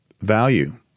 value